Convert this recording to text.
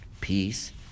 Peace